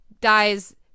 dies